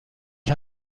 ولی